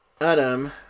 Adam